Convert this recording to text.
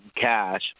cash